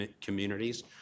communities